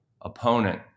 opponent